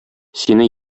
сине